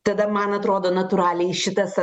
tada man atrodo natūraliai šitas